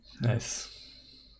nice